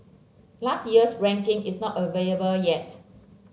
last year's ranking is not available yet